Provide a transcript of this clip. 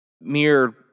mere